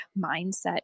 mindset